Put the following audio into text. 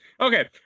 Okay